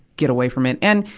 get away from it. and,